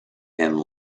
and